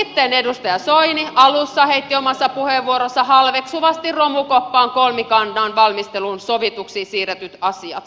ja sitten edustaja soini alussa heitti omassa puheenvuorossa halveksuvasti romukoppaan kolmikannan valmisteluun siirrettäväksi sovitut asiat